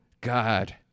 god